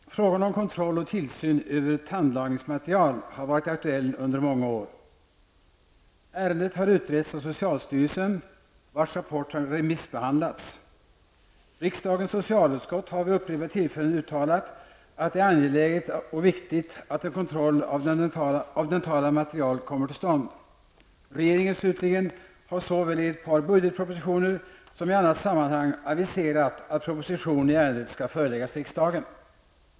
Herr talman! Frågan om kontroll och tillsyn över tandlagningsmaterial har varit aktuell under många år. Ärendet har utretts av socialstyrelsen, vars rapport har remissbehandlats. Riksdagens socialutskott har vid upprepade tillfällen uttalat, att det är angeläget och viktigt att en kontroll av dentala material kommer till stånd. Regeringen, slutligen, har såväl i ett par budgetpropositioner som i annat sammanhang aviserat att proposition i ärendet skall föreläggas riksdagen.